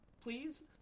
please